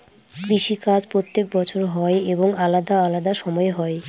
কৃষি কাজ প্রত্যেক বছর হয় এবং আলাদা আলাদা সময় হয়